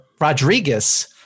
Rodriguez